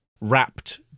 wrapped